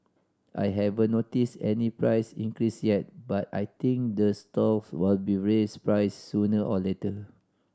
I haven't noticed any price increase yet but I think the stalls will raise prices sooner or later